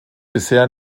bisher